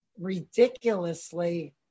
ridiculously